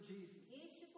Jesus